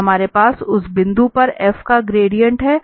तो हमारे पास उस बिंदु पर f का ग्रेडिएंट है